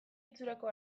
itxurako